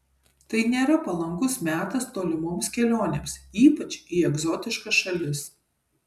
tai nėra palankus metas tolimoms kelionėms ypač į egzotiškas šalis